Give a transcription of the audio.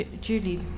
Julie